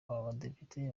badepite